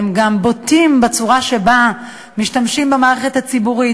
הם גם בוטים בצורה שבה משתמשים במערכת הציבורית,